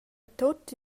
tut